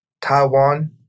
Taiwan